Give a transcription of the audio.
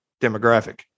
demographic